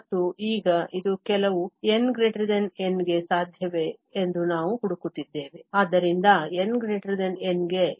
ಮತ್ತು ಈಗ ಇದು ಕೆಲವು n N ಗೆ ಸಾಧ್ಯವೇ ಎಂದು ನಾವು ಹುಡುಕುತ್ತಿದ್ದೇವೆ ಆದ್ದರಿಂದ n N ಗೆ ಇದು ನಿಜ